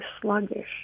sluggish